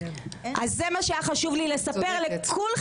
אז זה מה שהיה חשוב לי לספר לכולן,